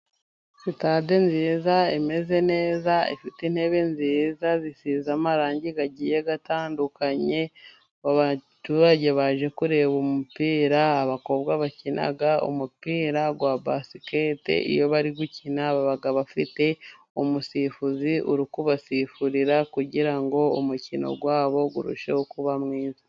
Sitade nziza imeze neza, ifite intebe nziza zisize amarangi agiye atandukanye. Abaturage baje kureba umupira, abakobwa bakina umupira wa basiketi, iyo bari gukina baba bafite umusifuzi uri kubasifurira, kugira ngo umukino wabo urusheho kuba mwiza.